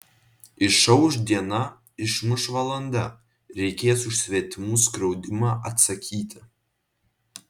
išauš diena išmuš valanda reikės už svetimų skriaudimą atsakyti